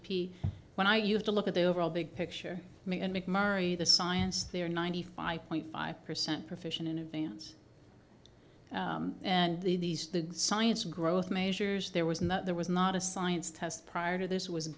p when i used to look at the overall big picture and mcmurry the science there are ninety five point five percent proficient in advance and these the science growth measures there was not there was not a science test prior to this was